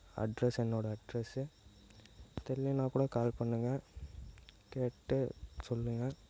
address என்னோடய address தெரியலனா கூட கால் பண்ணுங்க கேட்டு சொல்லுங்க